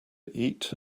eat